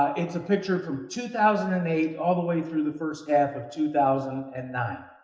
it's a picture from two thousand and eight all the way through the first half of two thousand and nine.